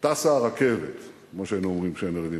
טסה הרכבת, כמו שהיינו אומרים כשהיינו ילדים.